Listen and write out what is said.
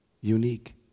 unique